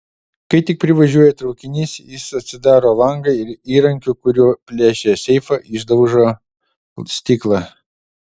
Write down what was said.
kai tik privažiuoja traukinys jis atsidaro langą ir įrankiu kuriuo plėšė seifą išdaužo stiklą